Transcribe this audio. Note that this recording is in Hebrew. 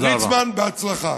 ליצמן, בהצלחה.